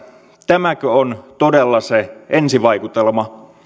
tämäkö on todella se ensivaikutelma